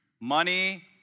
money